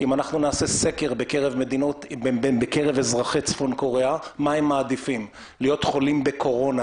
אם נעשה סקר בקרב אזרחי צפון קוריאה מה הם מעדיפים להיות חולים בקורונה